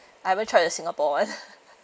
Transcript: I haven't tried the singapore [one]